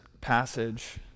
passage